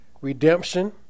redemption